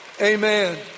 Amen